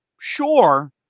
Sure